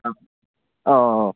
ആ ഓ ഓ ഓ